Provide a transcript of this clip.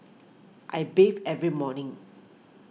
I bathe every morning